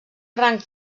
rang